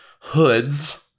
hoods